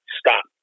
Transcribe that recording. stop